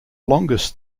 longest